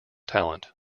talent